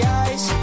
eyes